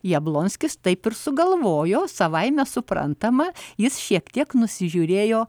jablonskis taip ir sugalvojo savaime suprantama jis šiek tiek nusižiūrėjo